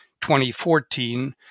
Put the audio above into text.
2014